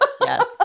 yes